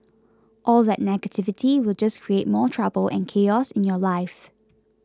all that negativity will just create more trouble and chaos in your life